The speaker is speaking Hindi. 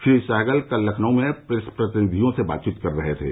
श्री सहगल कल लखनऊ में प्रेस प्रतिनिधियों से बातचीत कर रहे थे